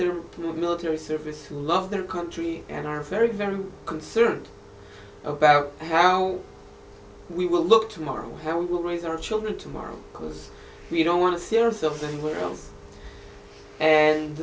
their military service who love their country and are very very concerned about how we will look tomorrow how we will raise our children tomorrow because we don't want to see ourselves anywhere else and